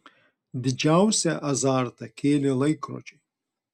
didžiausią azartą kėlė laikrodžiai